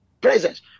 presence